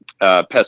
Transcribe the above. pest